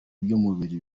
by’umubiri